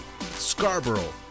scarborough